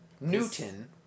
Newton